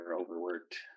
overworked